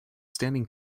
standing